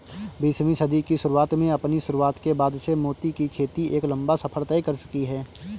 बीसवीं सदी की शुरुआत में अपनी शुरुआत के बाद से मोती की खेती एक लंबा सफर तय कर चुकी है